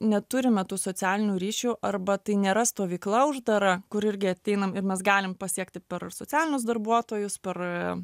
neturime tų socialinių ryšių arba tai nėra stovykla uždara kur irgi ateinam ir mes galim pasiekti per socialinius darbuotojus per